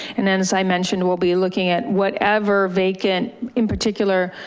and then as i mentioned, we'll be looking at whatever vacant, in particular,